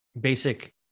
basic